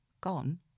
gone